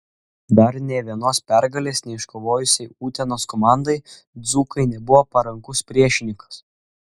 dar nė vienos pergalės neiškovojusiai utenos komandai dzūkai nebuvo parankus priešininkas